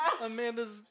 amanda's